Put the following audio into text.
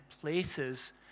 places